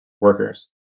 workers